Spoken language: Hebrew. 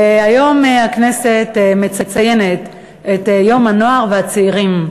היום הכנסת מציינת את יום הנוער והצעירים.